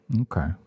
Okay